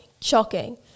shocking